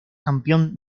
campeón